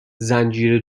زنجیره